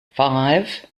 five